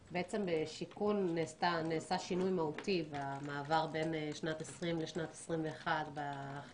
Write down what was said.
בשיכון נעשה שינוי מהותי במעבר בין שנת 2020 לשנת 2021 בהחלטה.